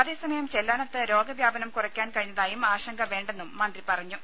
അതേസമയം ചെല്ലാനത്ത് രോഗവ്യാപനം കുറയ്ക്കാൻ കഴിഞ്ഞതായും ആശങ്ക വേണ്ടെന്നും മന്ത്രി പറഞ്ഞു